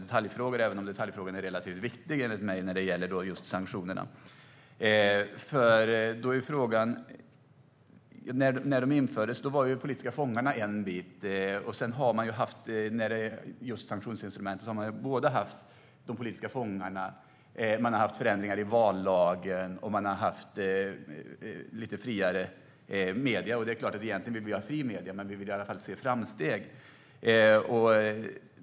Detaljfrågorna är i och för sig relativt viktiga, enligt mig, när det gäller just sanktionerna. När sanktionerna infördes var de politiska fångarna en bit. När det gäller just sanktionsinstrumentet har man haft de politiska fångarna. Man har haft förändringar i vallagen. Och man har haft lite friare medier. Det är klart att vi egentligen vill ha fria medier. Vi vill i alla fall se framsteg.